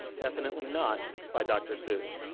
definitely not by dr. seuss.